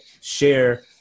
share